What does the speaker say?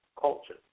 culture